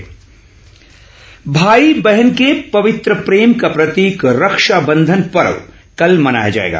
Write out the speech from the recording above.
रक्षा बंधन भाई बहन के पवित्र प्रेम का प्रतीक रक्षाबंधन पर्व कल मनाया जाएगा